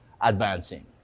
advancing